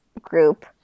group